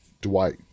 Dwight